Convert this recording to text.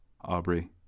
Aubrey